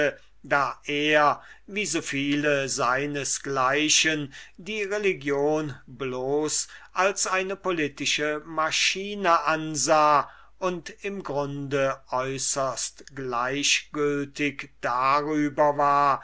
da er wie so viele seines gleichen die religion bloß als eine politische maschine ansah und im grunde äußerst gleichgültig darüber war